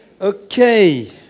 Okay